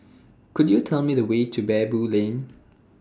Could YOU Tell Me The Way to Baboo Lane